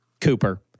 Cooper